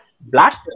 black